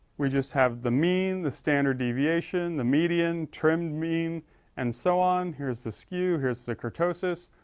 we just have the mean, the standard deviation, the median, trimmed mean and so on. here's the skew, here's the kurtosis.